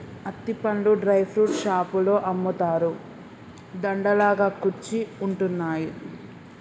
అత్తి పండ్లు dry fruits షాపులో అమ్ముతారు, దండ లాగా కుచ్చి ఉంటున్నాయి